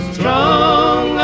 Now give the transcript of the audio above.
Strong